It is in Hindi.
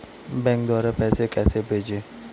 बैंक द्वारा पैसे कैसे भेजें?